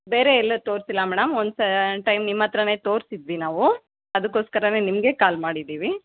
ಬೇರೆ ಎಲ್ಲು ತೋರಿಸಿಲ್ಲ ಮೇಡಮ್ ಒಂದು ಸ್ ಟೈಮ್ ನಿಮ್ಮತ್ರನೆ ತೋರಿಸಿದ್ವಿ ನಾವು ಅದಕ್ಕೋಸ್ಕರನೇ ನಿಮಗೆ ಕಾಲ್ ಮಾಡಿದ್ದೀವಿ